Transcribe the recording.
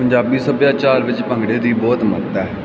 ਪੰਜਾਬੀ ਸੱਭਿਆਚਾਰ ਵਿੱਚ ਭੰਗੜੇ ਦੀ ਬਹੁਤ ਮਹੱਤਤਾ ਹੈ